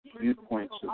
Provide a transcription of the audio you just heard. viewpoints